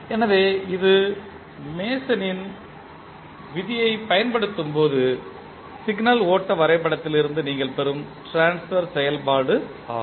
எனவே இது மேசனின் விதியைப் பயன்படுத்தும்போது சிக்னல் ஓட்ட வரைபடத்திலிருந்து நீங்கள் பெறும் ட்ரான்ஸ்பர் செயல்பாடு ஆகும்